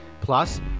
Plus